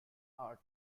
art